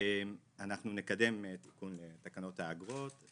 אנחנו נקדם תיקון לתקנות האגרות,